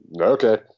Okay